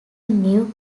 new